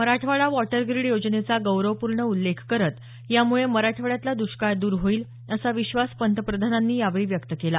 Marathwada water grid योजनेचा गौरवपूर्ण उल्लेख करत यामुळे मराठवाड्यातला दष्काळ दर होईल असा विश्वास पंतप्रधानांनी यावेळी व्यक्त केला